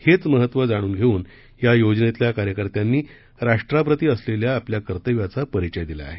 हेच महत्व जाणून घेऊन या योजनेतील कार्यकर्त्यांनी राष्ट्राप्रती असलेल्या आपल्या कर्तव्याचा परिचय दिला आहे